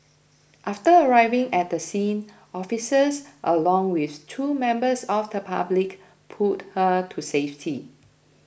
after arriving at the scene officers along with two members of the public pulled her to safety